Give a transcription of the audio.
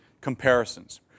comparisons